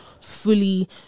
fully